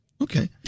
Okay